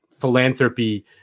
philanthropy